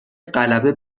غلبه